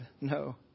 No